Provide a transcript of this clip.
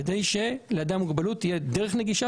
כדי שלאדם עם מוגבלות תהיה דרך נגישה